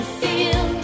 feel